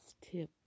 tip